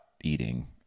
eating